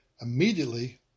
Immediately